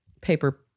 paper